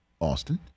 Austin